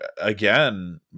again